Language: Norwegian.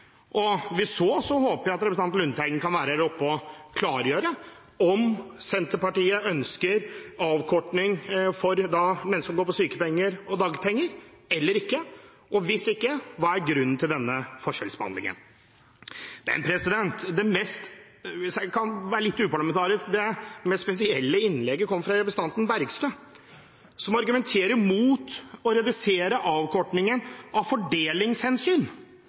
kan klargjøre om Senterpartiet ønsker avkortning for dem som går på sykepenger og dagpenger – eller ikke. Hvis ikke, hva er grunnen til forskjellsbehandlingen? Hvis jeg kan være litt uparlamentarisk: Det spesielle innlegget kom fra representanten Bergstø, som av fordelingshensyn argumenterer mot å redusere avkortningen. Er det virkelig sånn at 650 000 pensjonister, som har jobbet og betalt skatt gjennom et langt liv, skal få kuttet sin pensjon på grunn av